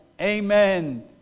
Amen